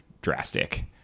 drastic